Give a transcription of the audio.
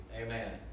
Amen